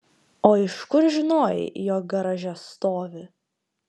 o iš kur žinojai jog garaže stovi